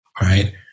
right